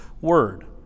word